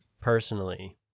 personally